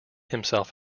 himself